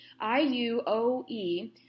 IUOE